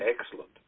excellent